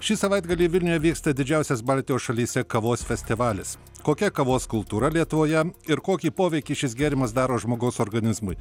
šį savaitgalį vilniuje vyksta didžiausias baltijos šalyse kavos festivalis kokia kavos kultūra lietuvoje ir kokį poveikį šis gėrimas daro žmogaus organizmui